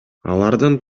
алардын